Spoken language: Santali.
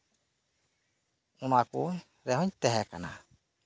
ᱚᱱᱟ ᱠᱚᱨᱮ ᱦᱚᱸᱧ ᱛᱟᱦᱮᱸ ᱠᱟᱱᱟ